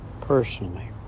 personally